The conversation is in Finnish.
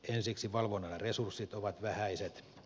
ensiksi valvonnan resurssit ovat vähäiset